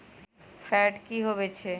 Fat की होवछै?